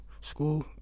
school